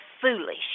foolish